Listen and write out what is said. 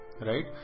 right